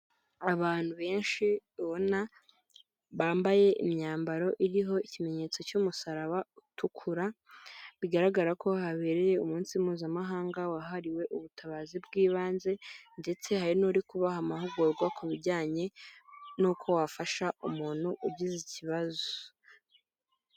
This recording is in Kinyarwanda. Abantu benshi ubona bambaye imyambaro iriho ikimenyetso cy'umusaraba utukura, bigaragara ko habereye umunsi mpuzamahanga wahariwe ubutabazi bw'ibanze ndetse hari n'uri kubaha amahugurwa ku bijyanye n'uko wafasha umuntu ugize ikibazo.